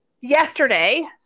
Yesterday